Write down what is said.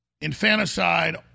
infanticide